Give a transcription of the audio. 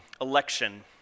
election